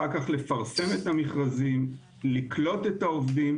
אחר כך לפרסם את המכרזים, לקלוט את העובדים.